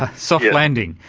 soft landing.